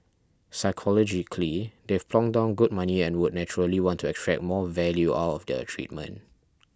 psychologically they've plonked down good money and would naturally want to extract more value out of their treatment